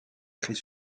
très